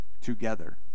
together